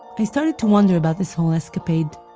i started to wonder about this whole escapade.